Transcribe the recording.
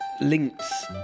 links